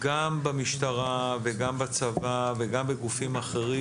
גם במשטרה וגם בצבא וגם בגופים אחרים,